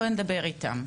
בואי נדבר איתם.